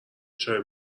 چای